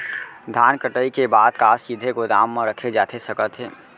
धान कटाई के बाद का सीधे गोदाम मा रखे जाथे सकत हे?